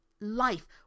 life